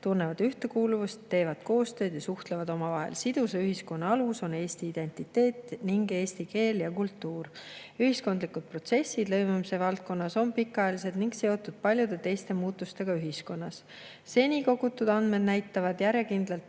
tunnevad ühtekuuluvust, teevad koostööd ja suhtlevad omavahel. Sidusa ühiskonna alus on Eesti identiteet ning eesti keel ja kultuur. Ühiskondlikud protsessid lõimumise valdkonnas on pikaajalised ning seotud paljude teiste muutustega ühiskonnas. Seni kogutud andmed näitavad järjekindlalt